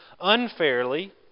unfairly